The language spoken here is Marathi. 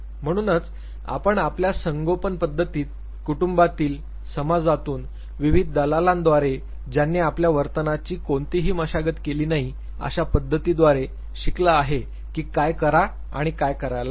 म्हणूनच आपण आपल्या संगोपन पद्धतीत कुटुंबातील समाजातून विविध दलालांद्वारे ज्यांनी आपल्या वर्तनाची कोणतीही मशागत केली नाही अशा पद्धतीद्वारे शिकला आहे की काय करा आणि करायला नको